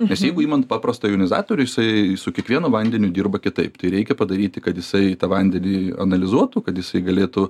nes jeigu imant paprastą jonizatorių jisai su kiekvienu vandeniu dirba kitaip tai reikia padaryti kad jisai tą vandenį analizuotų kad jisai galėtų